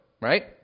right